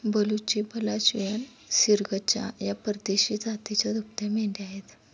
बलुची, बल्लाचियन, सिर्गजा या परदेशी जातीच्या दुभत्या मेंढ्या आहेत